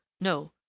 no